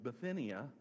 Bithynia